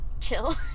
Chill